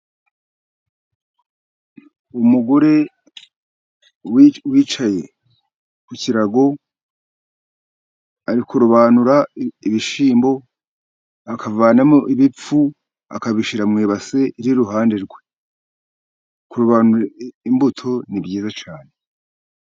Umugore wicaye ku kirago arikurobanura ibishyimbo akavanamo ibipfu akabishira mu ibase iriruhande rwe, kurobanura imbuto ni byiza cyanem